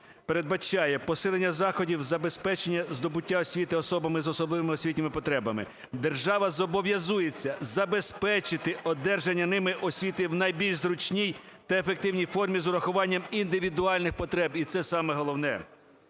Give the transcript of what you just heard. передбачає посилення заходів із забезпечення здобуття освіти особами з особливими освітніми потребами. Держава зобов'язується забезпечити одержання ними освіти в найбільш зручній та ефективній формі з урахуванням індивідуальних потреб і це саме головне.